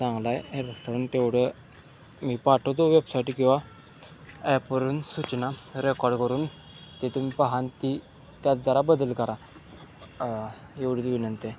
चांगलाय रेस्टॉरंट तेवढं मी पाठवतो वेबसाईट किंवा ॲपवरून सूचना रेकॉर्ड करून तिथून पाहान ती त्यात जरा बदल करा एवढी विनंती